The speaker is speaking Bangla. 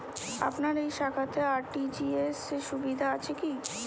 আপনার এই শাখাতে আর.টি.জি.এস সুবিধা আছে কি?